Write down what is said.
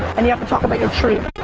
and you have to talk about your truth.